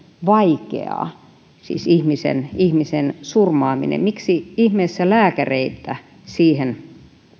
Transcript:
vaikeaa siis ihmisen ihmisen surmaaminen miksi ihmeessä lääkäreitä siihen